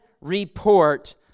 report